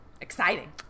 exciting